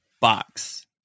box